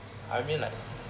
I mean like